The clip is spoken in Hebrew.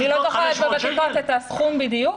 אני לא זוכרת בוותיקות את הסכום בדיוק,